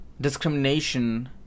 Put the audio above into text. discrimination